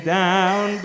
down